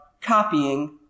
copying